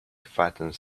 fattens